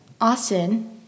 Austin